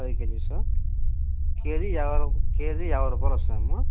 five కెజిసా KG యాభై KG యాభై రూపాయలు వస్తుందమ్మా